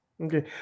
Okay